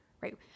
right